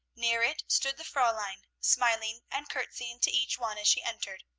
near it stood the fraulein, smiling and courtesying to each one as she entered.